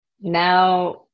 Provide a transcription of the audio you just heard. now